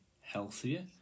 healthier